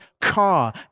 car